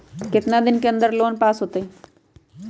कितना दिन के अन्दर में लोन पास होत?